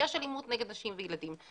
יש אלימות נגד נשים וילדים,